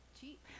cheap